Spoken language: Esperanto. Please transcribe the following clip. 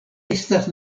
estas